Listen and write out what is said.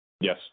Yes